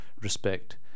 respect